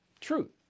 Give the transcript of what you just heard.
truth